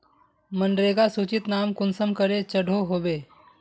मनरेगा सूचित नाम कुंसम करे चढ़ो होबे?